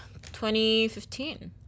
2015